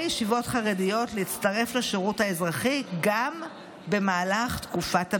ישיבות חרדיות להצטרף לשירות האזרחי גם במהלך תקופת הביניים.